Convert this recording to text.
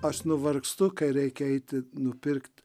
aš nuvargstu kai reikia eiti nupirkt